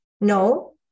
No